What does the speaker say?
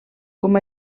com